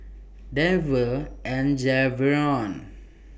Denver and Javion